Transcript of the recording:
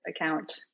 account